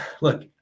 look